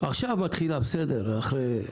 עכשיו מתחילה וגם